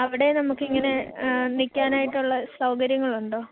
അവിടെ നമുക്ക് ഇങ്ങനെ നിൽക്കാനായിട്ടുള്ള സൗകര്യങ്ങളുണ്ടോ